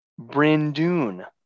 Brindune